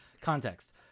context